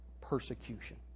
persecution